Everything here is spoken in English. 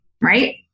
right